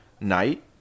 knight